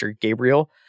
gabriel